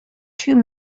two